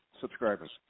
subscribers